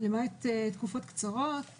למעט תקופות קצרות, כנסת וממשלה